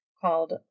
called